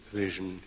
vision